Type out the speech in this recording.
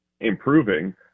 improving